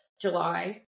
July